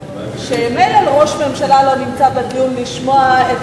מילא ראש הממשלה לא נמצא בדיון לשמוע את